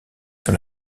sur